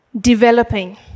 developing